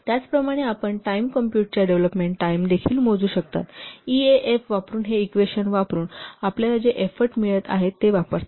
त्याचप्रमाणे आपण टाईम कॉम्पूटच्या डेव्हलोपमेंट टाईम देखील मोजू शकता ईएएफ वापरून हे इक्वेशन वापरुन आपल्याला जे एफोर्ट मिळत आहेत ते वापरतात